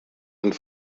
and